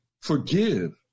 forgive